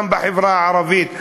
גם בחברה הערבית,